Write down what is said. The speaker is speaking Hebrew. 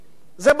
זה ברור.